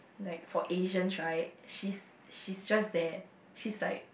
like for Asians right she's she's just there she's like